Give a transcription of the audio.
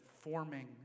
forming